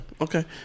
Okay